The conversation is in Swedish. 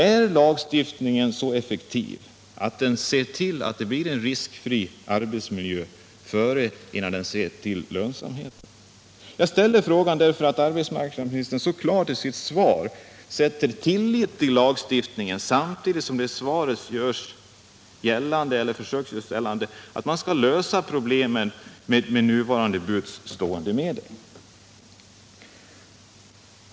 Är lagstiftningen så effektiv att den ser till att det blir en riskfri arbetsmiljö innan den ser till lönsamheten? Jag ställer frågan därför att arbetsmarknadsministern så klart i sitt svar sätter tillit till lagstiftningen, samtidigt som han i svaret försöker göra gällande att man skall kunna lösa problemet med nu till buds stående medel.